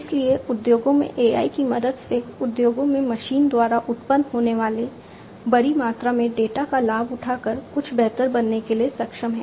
इसलिए उद्योगों में AI की मदद से उद्योगों में मशीनों द्वारा उत्पन्न होने वाले बड़ी मात्रा में डेटा का लाभ उठाकर कुछ बेहतर करने के लिए सक्षम हैं